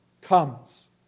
comes